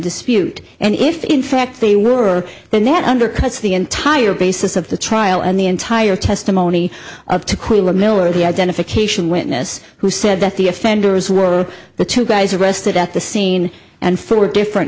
dispute and if in fact they were then that undercuts the entire basis of the trial and the entire testimony up to quit miller the identification witness who said that the offenders were the two guys arrested at the scene and four different